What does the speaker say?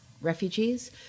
refugees